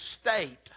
state